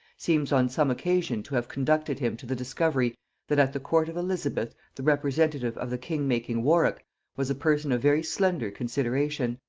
seems on some occasion to have conducted him to the discovery that at the court of elizabeth the representative of the king-making warwick was a person of very slender consideration.